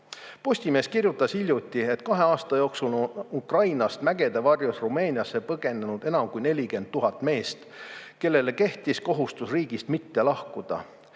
Postimees kirjutas hiljuti, et kahe aasta jooksul on Ukrainast mägede varjus Rumeeniasse põgenenud enam kui 40 000 meest, kellele kehtis kohustus riigist mitte lahkuda.